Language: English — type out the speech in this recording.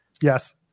yes